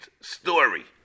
story